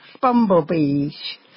bumblebees